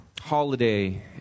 holiday